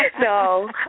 No